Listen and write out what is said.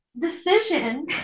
decision